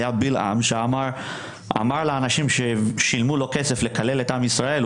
היה בלעם שאמר לאנשים ששילמו לו כסף לקלל את עם ישראל,